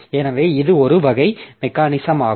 எனவே இது ஒரு வகை மெக்கானிசமாகும்